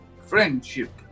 friendship